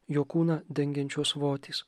jo kūną dengiančios votys